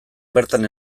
bertan